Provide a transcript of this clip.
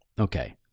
Okay